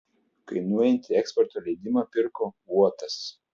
kainuojantį eksporto leidimą pirko uotas